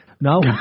No